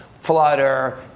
Flutter